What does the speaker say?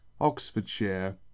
oxfordshire